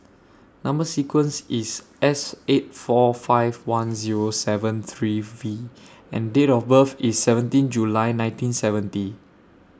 Number sequence IS S eight four five one Zero seven three V and Date of birth IS seventeen July nineteen seventy